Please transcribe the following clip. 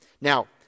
Now